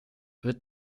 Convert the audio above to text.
wird